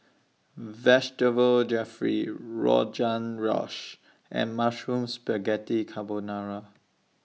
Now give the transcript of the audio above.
Vegetable Jalfrezi Rogan Josh and Mushroom Spaghetti Carbonara